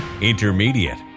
intermediate